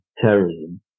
terrorism